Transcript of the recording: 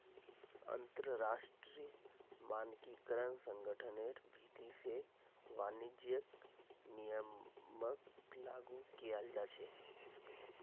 अंतरराष्ट्रीय मानकीकरण संगठनेर भीति से वाणिज्यिक नियमक लागू कियाल जा छे